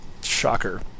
Shocker